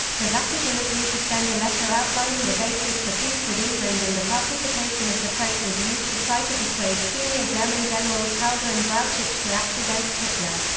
the vatican agreed to send a letter outlining the bases for peace with england and the participation of the pope was used to try to persuade senior german generals halder and brauchitsch to act against hitler.